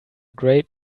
great